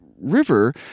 River